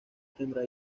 tendría